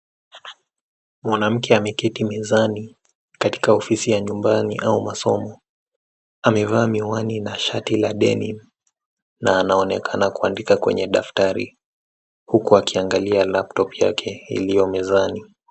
Mwanamke ameketi mezani katika ofisi ya nyumbani au masomo amevaa miwani na shati la denim na anaonekana kuandika kwenye daftari huku akiangalia laptop yake iliyo mezani.